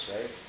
right